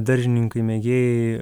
daržininkai mėgėjai